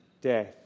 death